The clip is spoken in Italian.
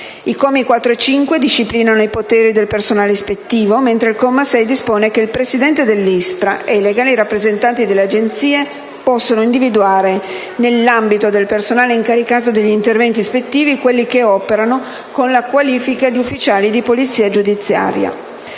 I commi 5 e 6 disciplinano i poteri del personale ispettivo, mentre il comma 7 dispone che il presidente dell'ISPRA e i legali rappresentanti delle Agenzie possono individuare, nell'ambito del personale incaricato degli interventi ispettivi, quelli che operano con la qualifica di ufficiali di polizia giudiziaria.